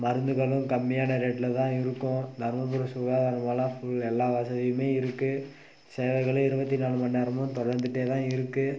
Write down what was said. மருந்துகளும் கம்மியான ரேட்டில் தான் இருக்கும் தருமபுரி சுகாதாரங்கள்ல்லாம் ஃபுல் எல்லா வசதியுமே இருக்குது சேவைகளும் இருபத்தி நாலு மணிநேரமும் தொடர்ந்துகிட்டே தான் இருக்குது